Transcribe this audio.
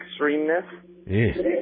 extremeness